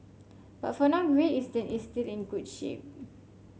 but for now Great Eastern is still in good shape